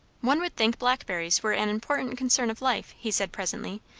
one would think blackberries were an important concern of life, he said presently,